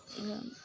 एवं